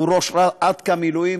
הוא ראש עתכ"א מילואים,